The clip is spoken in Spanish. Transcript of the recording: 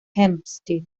hempstead